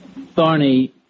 Thorny